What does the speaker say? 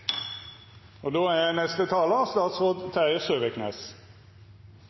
og da er